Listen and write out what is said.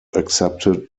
accepted